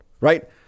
Right